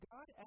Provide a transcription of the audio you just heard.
God